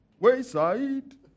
Wayside